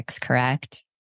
correct